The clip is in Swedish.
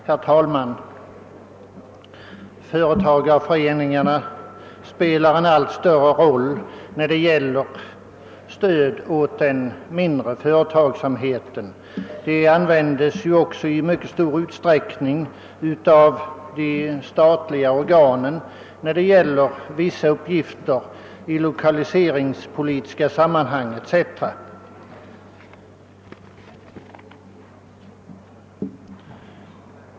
Herr talman! Företagareföreningarna spelar en allt större roll när det gäl ler stödet åt den mindre företagsamheten. Föreningarna anlitas också i mycket stor utsträckning av statliga organ för vissa uppgifter i lokaliseringspolitiska och andra sammanhang.